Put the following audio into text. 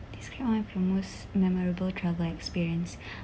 describe one of the most memorable travel experience